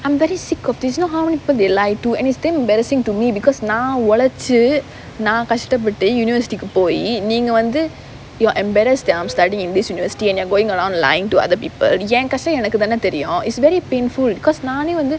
I'm very sick of this you know how many people they lie to and it's damn embarassing to me because நான் ஒளச்சு நான் கஷ்டப்பட்டு:naan olachu naan kashtapattu university க்கு போயி நீங்க வந்து:ku poyi neenga vanthu you're embarassed that I'm studying in this university and you're going around lying to other people என் கஷ்டம் எனக்குதான தெரியும்:en kashtam enakkuthaana theriyum it's very painful because நானே வந்து:naanae vanthu